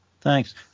Thanks